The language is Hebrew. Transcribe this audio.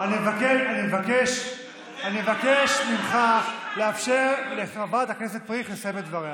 אני מבקש ממך לאפשר לחברת הכנסת מריח לסיים את דבריה.